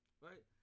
Right